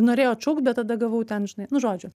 norėjo atšaukt bet tada gavau ten žinai nu žodžiu